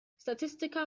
statistical